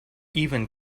even